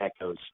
echoes